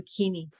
zucchini